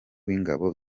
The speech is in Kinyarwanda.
w’ingabo